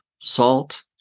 salt